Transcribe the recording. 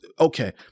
Okay